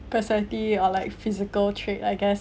personality or like physical trait I guess